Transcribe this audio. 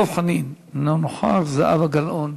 דב חנין, אינו נוכח, זהבה גלאון,